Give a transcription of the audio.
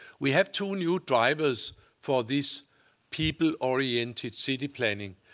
we have two new drivers for this people-oriented city planning.